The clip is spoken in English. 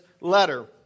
letter